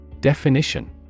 Definition